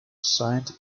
signed